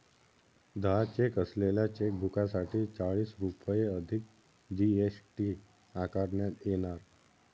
दहा चेक असलेल्या चेकबुकसाठी चाळीस रुपये अधिक जी.एस.टी आकारण्यात येणार